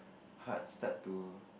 heart start to